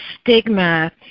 stigma